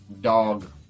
Dog